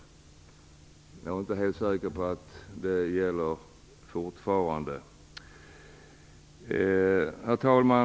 Jag är inte helt säker på att det gäller fortfarande. Herr talman!